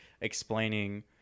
explaining